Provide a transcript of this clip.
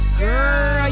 girl